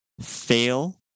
fail